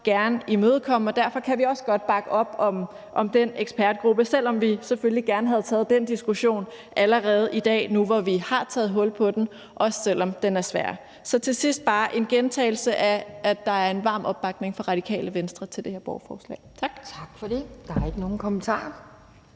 gerne imødekomme, og derfor kan vi også godt bakke op om den ekspertgruppe, selv om vi selvfølgelig gerne havde taget den diskussion allerede i dag, nu vi har taget hul på den, også selv om den er svær. Så til sidst vil jeg bare gentage, at der er en varm opbakning fra Radikale Venstre til det her borgerforslag. Tak.